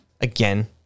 Again